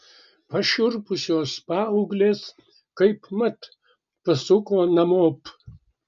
pašiurpusios paauglės kaipmat pasuko namop